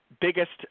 biggest